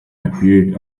appeared